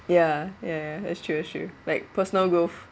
ya ya ya that's true that's true like personal growth